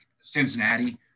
Cincinnati